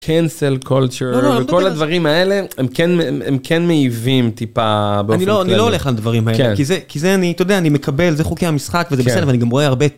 Cancel culture וכל הדברים האלה הם כן הם כן מעיבים טיפה. אני לא הולך לדברים האלה כי זה כי זה אני אתה יודע אני מקבל זה חוקי המשחק וזה בסדר ואני גם רואה הרבה.